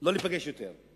לא להיפגש יותר.